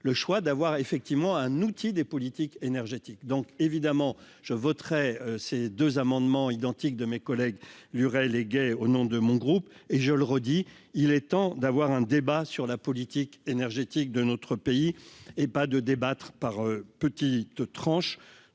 le choix d'avoir effectivement un outil des politiques énergétiques, donc évidemment je voterai ces deux amendements identiques de mes collègues Lurel gay au nom de mon groupe et je le redis, il est temps d'avoir un débat sur la politique énergétique de notre pays et pas de débattre par petites tranches